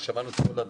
סליחה על השאלה.